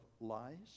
lies